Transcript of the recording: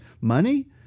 money